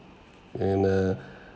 and uh